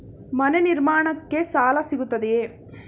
ಮನೆ ನಿರ್ಮಾಣಕ್ಕೆ ಸಾಲ ಸಿಗುತ್ತದೆಯೇ?